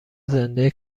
زنده